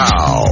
Now